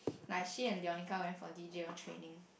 like she and Leonica went for D_J on training